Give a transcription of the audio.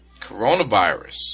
coronavirus